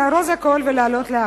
את תדברי כל זמן שיש לך מה